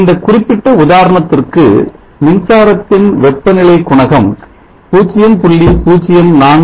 இந்த குறிப்பிட்ட உதாரணத்திற்கு மின்சாரத்தின் வெப்பநிலை குணகம் 0